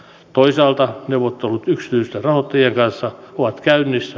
toisaalta neuvottelut yksityisten rahoittajien kanssa ovat käynnissä